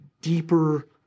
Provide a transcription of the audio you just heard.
deeper